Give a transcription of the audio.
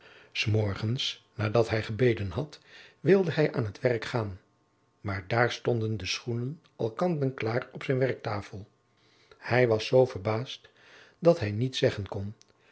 s morgens nadat hij gebeden had wilde hij aan het werk gaan maar daar stonden de schoenen al kant en klaar op zijn werktafel hij was zoo verbaasd dat hij niets zeggen kon